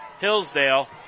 Hillsdale